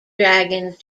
dragons